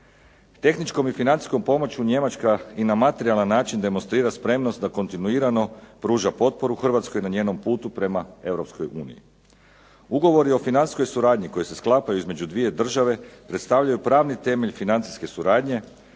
Tehničkom i financijskom pomoću Njemačka i na materijalan način demonstrira spremnost da kontinuirano pruža potporu Hrvatskoj na njenom putu prema europskoj uniji. Ugovori o financijskoj suradnji koji se sklapaju između dvije države, predstavljaju pravni temelj financijske suradnje,